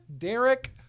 Derek